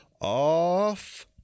off